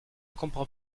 comprend